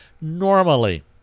normally